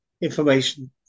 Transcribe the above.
information